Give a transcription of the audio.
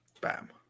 Bam